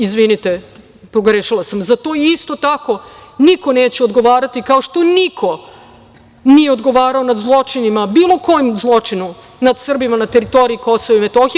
Izvinite, pogrešila sam, za to isto tako niko neće odgovarati, kao što niko nije odgovarao za zločine, bilo koji zločin, nad Srbima na teritoriji Kosova i Metohije.